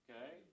Okay